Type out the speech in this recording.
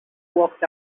walked